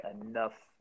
enough